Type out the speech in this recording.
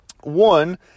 one